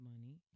money